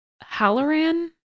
Halloran